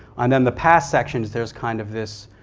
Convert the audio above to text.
and then the past sections, there's kind of this,